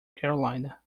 carolina